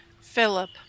Philip